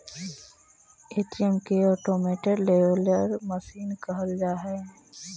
ATM के automated teller machine कहल जा हइ